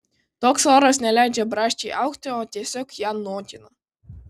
toks oras neleidžia braškei augti o tiesiog ją nokina